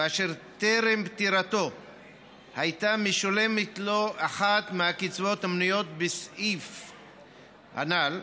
ואשר טרם פטירתו הייתה משולמת לו אחת מהקצבאות המנויות בסעיף הנ"ל,